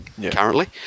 currently